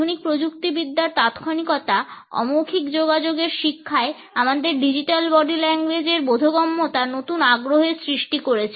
আধুনিক প্রযুক্তিবিদ্যার তাৎক্ষণিকতা অমৌখিক যোগাযোগের শিক্ষায় আমাদের ডিজিটাল বডি ল্যাঙ্গুয়েজ এর বোধগম্যতা নতুন আগ্রহের সৃষ্টি করেছে